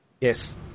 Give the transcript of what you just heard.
Yes